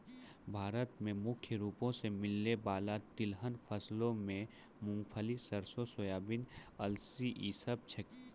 भारत मे मुख्य रूपो से मिलै बाला तिलहन फसलो मे मूंगफली, सरसो, सोयाबीन, अलसी इ सभ छै